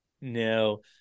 No